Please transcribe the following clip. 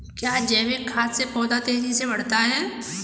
क्या जैविक खाद से पौधा तेजी से बढ़ता है?